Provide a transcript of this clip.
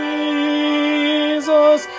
Jesus